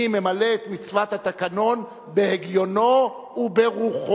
אני ממלא את מצוות התקנון בהגיונו וברוחו.